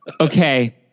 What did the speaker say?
Okay